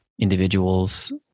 individuals